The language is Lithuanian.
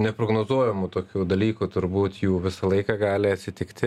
neprognozuojamų tokių dalykų turbūt jų visą laiką gali atsitikti